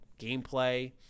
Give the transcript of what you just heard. gameplay